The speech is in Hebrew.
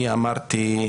אני אמרתי,